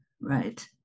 right